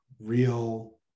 real